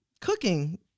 cooking